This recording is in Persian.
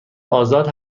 آزاد